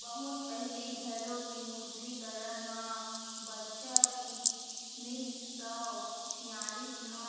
बहुत पहिली घलोक विमुद्रीकरन ह बछर उन्नीस सौ छियालिस म